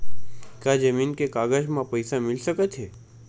का जमीन के कागज म पईसा मिल सकत हे?